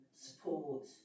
support